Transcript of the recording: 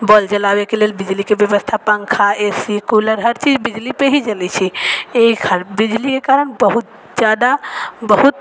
ball जलाबैके लेल बिजलीके बेबस्था पंखा ए सी कूलर हर चीज बिजलीपर ही चलै छै एहि खातिर बिजलीके कारण बहुत ज्यादा बहुत